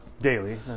Daily